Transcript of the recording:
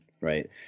right